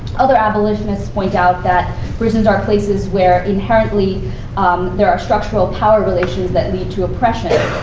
other abolitionists point out that prisons are places where inherently there are structural power relations that lead to oppression.